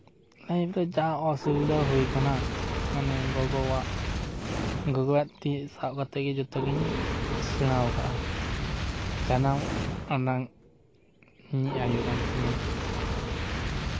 life ᱨᱮ ᱡᱟ ᱚᱥᱩᱵᱤᱫᱷᱟ ᱦᱩᱭ ᱟᱠᱟᱱᱟ ᱢᱟᱱᱮ ᱜᱚᱜᱚᱣᱟᱜ ᱜᱚᱜᱚᱣᱟᱜ ᱛᱤ ᱥᱟᱵ ᱠᱟᱛᱮᱫ ᱜᱮ ᱡᱚᱛᱚ ᱜᱤᱧ ᱥᱮᱬᱟ ᱟᱠᱟᱫᱼᱟ ᱥᱟᱱᱟᱢ ᱟᱢᱟᱝ ᱤᱧᱤᱜ ᱟᱭᱳ ᱠᱟᱱ ᱛᱤᱧᱟᱭ